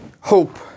hope